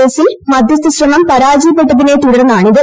കേസിൽ മധ്യസ്ഥ ശ്രമം പരാജയപ്പെട്ടതിനെ ത്രൂടർന്നാണിത്